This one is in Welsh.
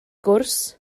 gwrs